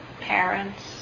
parents